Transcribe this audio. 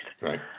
right